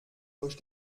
durch